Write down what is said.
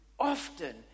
Often